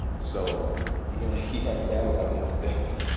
so yeah he had that on one day